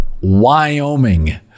Wyoming